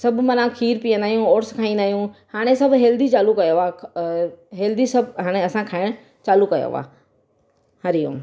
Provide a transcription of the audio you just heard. सभु माना खीरु पीअंदा आहियूं ओट्स खाईंदा आहियूं हाणे सभु हैल्दी चालू कयो आहे हैल्दी सभु हाणे असां खाइणु चालू कयो आहे हरिओम